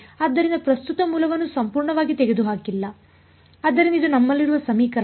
ಆದ್ದರಿಂದ ಪ್ರಸ್ತುತ ಮೂಲವನ್ನು ಸಂಪೂರ್ಣವಾಗಿ ತೆಗೆದುಹಾಕಿಲ್ಲ ಆದ್ದರಿಂದ ಇದು ನಮ್ಮಲ್ಲಿರುವ ಸಮೀಕರಣ